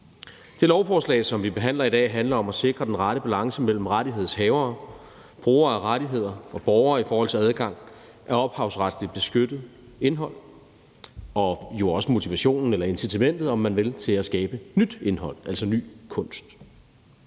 Det lovforslag, som vi behandler i dag, handler om at sikre den rette balance mellem rettighedshavere, brugere af rettigheder og borgere i forhold til adgang til ophavsretligt beskyttet indhold, og det handler jo også om at sikre motivationen eller incitamentet, om man vil, til at skabe nyt indhold, altså ny kunst.